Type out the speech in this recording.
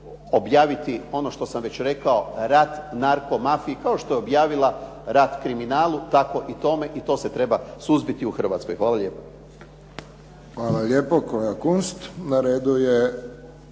objaviti ono što sam već rekao rat narko mafiji kao što je objavila rat kriminalu tako i tome i to se treba suzbiti u Hrvatskoj. Hvala lijepa. **Friščić, Josip